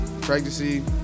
pregnancy